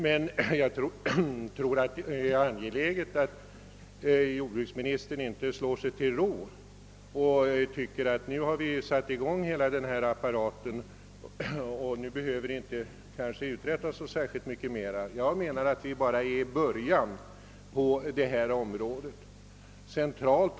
Men det är angeläget att jordbruksministern inte slår sig till ro och tycker att nu har vi satt i gång hela denna apparat, och nu behöver det inte uträttas så mycket mera. Jag anser att vi ännu bara står i början på vad som måste göras på miljövårdens område.